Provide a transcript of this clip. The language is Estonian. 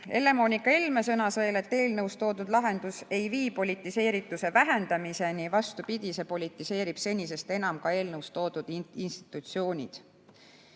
Helle-Moonika Helme sõnas veel, et eelnõus toodud lahendus ei vii politiseerituse vähendamiseni, vastupidi, see politiseerib senisest enam ka eelnõus toodud institutsioonid.